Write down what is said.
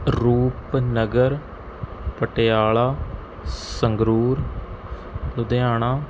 Rupnagar Patiala Sangrur Ludhiana